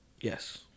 Yes